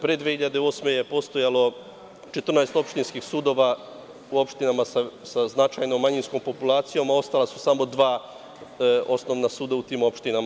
Pre 2008. godine je postojalo 14 opštinskih sudova u opštinama sa značajnom manjinskom populacijom, a ostala su samo dva osnovna suda u tim opštinama.